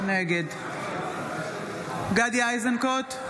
נגד גדי איזנקוט,